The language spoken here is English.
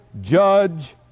judge